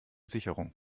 sicherung